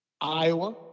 Iowa